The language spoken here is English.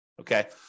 okay